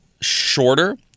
shorter